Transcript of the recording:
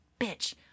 bitch